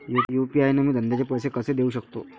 UPI न मी धंद्याचे पैसे कसे देऊ सकतो?